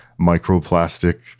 microplastic